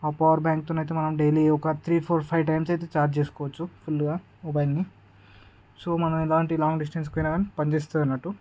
ఆ పవర్ బ్యాంక్తో అయితే మనం డైలీ ఒక త్రీ ఫోర్ ఫైవ్ టైమ్స్ అయితే ఛార్జ్ చేసుకోవచ్చు ఫుల్గా మొబైల్ని సో మనం ఎలాంటి లాంగ్ డిస్టెన్స్కి పోయినాకానీ పనిచేస్తుంది అన్నట్టు